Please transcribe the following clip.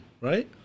right